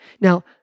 Now